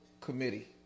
committee